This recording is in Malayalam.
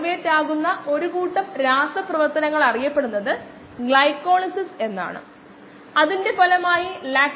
രേഖീയത കണക്കിലെടുത്ത് 5 മിനിറ്റിലെ അനുബന്ധങ്ങൾ 18